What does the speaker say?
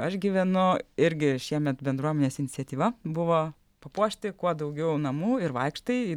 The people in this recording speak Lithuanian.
aš gyvenu irgi šiemet bendruomenės iniciatyva buvo papuošti kuo daugiau namų ir vaikštai